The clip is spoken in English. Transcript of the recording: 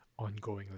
ongoingly